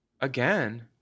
Again